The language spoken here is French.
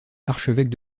archevêque